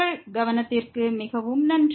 உங்கள் கவனத்திற்கு மிகவும் நன்றி